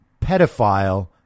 pedophile